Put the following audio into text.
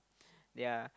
yeah